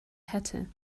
hatter